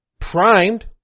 Primed